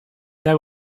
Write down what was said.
there